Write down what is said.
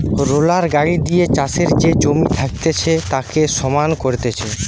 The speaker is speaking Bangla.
রোলার গাড়ি দিয়ে চাষের যে জমি থাকতিছে তাকে সমান করতিছে